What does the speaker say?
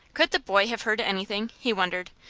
could the boy have heard anything? he wondered,